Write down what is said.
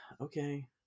okay